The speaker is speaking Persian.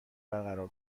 برقرار